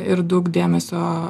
ir daug dėmesio